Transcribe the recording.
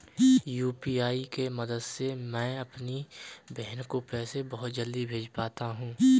UPI के मदद से मैं अपनी बहन को पैसे बहुत जल्दी ही भेज पाता हूं